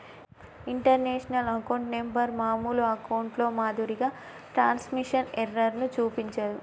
international account number మామూలు అకౌంట్లో మాదిరిగా ట్రాన్స్మిషన్ ఎర్రర్ ను చూపించదు